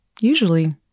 usually